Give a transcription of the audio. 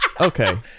Okay